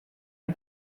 man